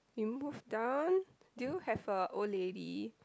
you move down do you have a old lady